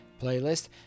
playlist